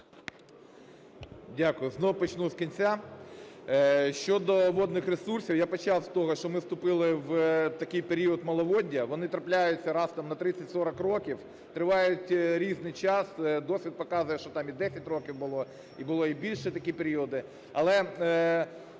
Дякую. Знову почну з кінця. Щодо водних ресурсів. Я почав з того, що ми вступили в такий період маловоддя. Вони трапляються раз на 30-40 років, тривають різний час. Досвід показує, що там і 10 років було, і були й більше такі періоди.